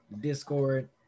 Discord